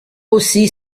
aussi